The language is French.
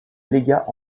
légat